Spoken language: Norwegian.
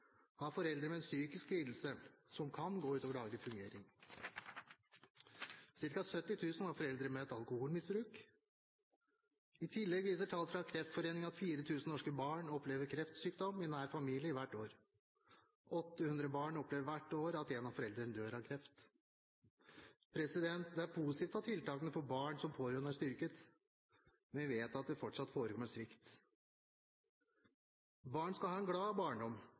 har foreldre med en psykisk lidelse som kan gå ut over daglig fungering. Cirka 70 000 har foreldre med et alkoholmisbruk. I tillegg viser tall fra Kreftforeningen at 4 000 norske barn opplever kreftsykdom i nær familie hvert år. 800 barn opplever hvert år at en av foreldrene dør av kreft. Det er positivt at tiltakene for barn som pårørende er styrket, men vi vet at det fortsatt forekommer svikt. Barn skal ha en glad barndom,